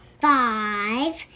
five